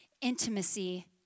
intimacy